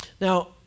Now